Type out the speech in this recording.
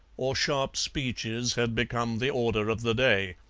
or sharp speeches had become the order of the day.